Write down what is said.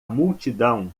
multidão